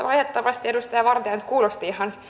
valitettavasti edustaja vartia nyt kuulosti